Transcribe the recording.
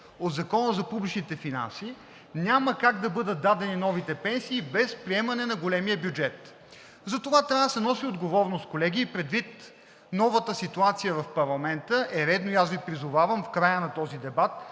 от Закона за публичните финанси няма как да бъдат дадени новите пенсии без приемане на големия бюджет. Затова трябва да се носи отговорност, колеги. Предвид новата ситуация в парламента е редно и аз Ви призовавам: в края на този дебат,